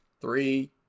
Three